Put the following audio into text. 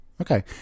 Okay